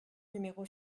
numéro